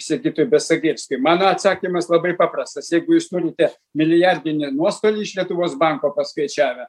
sigitui besagirskui mano atsakymas labai paprastas jeigu jūs turite milijardinį nuostolį iš lietuvos banko paskaičiavę